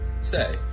Say